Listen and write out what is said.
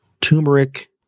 turmeric